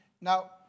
Now